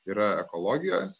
yra ekologijos